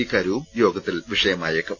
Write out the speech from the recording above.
ഇക്കാര്യവും യോഗത്തിൽ വിഷയമായേക്കും